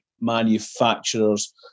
manufacturers